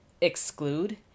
exclude